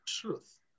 truth